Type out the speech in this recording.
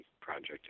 project